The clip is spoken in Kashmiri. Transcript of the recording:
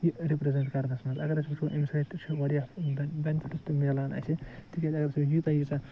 یہِ رِپریٚزیٚنٹ کرنَس مَنٛز اگر أسۍ وٕچھو امہ سۭتۍ تہ چھ واریاہ بیٚنِفِٹس تہِ ملان اسہِ تکیاز اگر أسۍ وٕچھو یۭژای یۭژاہ